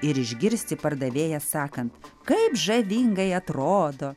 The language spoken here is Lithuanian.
ir išgirsti pardavėją sakant kaip žavingai atrodo